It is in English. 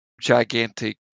gigantic